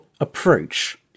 approach